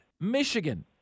Michigan